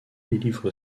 délivre